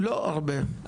לא הרבה.